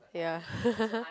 ya